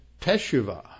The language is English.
teshuvah